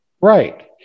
Right